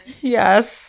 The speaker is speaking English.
Yes